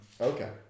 Okay